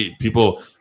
people